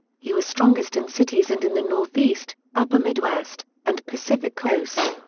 he was strongest in cities and in the northeast, upper midwest, and pacific coast.